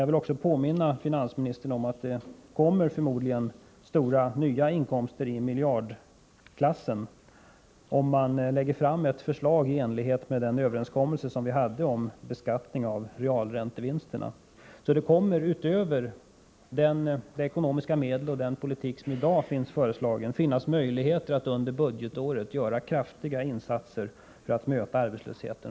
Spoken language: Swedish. Jag vill påminna finansministern om att det förmodligen också innebär nya stora inkomster i miljardklassen, om man lägger fram ett förslag i enlighet med den överenskommelse som vi hade om beskattning av realräntevinsterna. Det kommer utöver de ekonomiska medel och den politik som i dag finns föreslagen att finnas möjligheter att under budgetåret göra kraftiga insatser för att redan nu möta arbetslösheten.